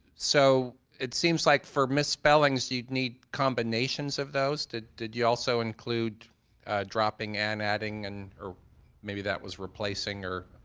so it seems like for misspellings, you'd need combinations of those. did you also include dropping and adding, and or maybe that was replacing, or.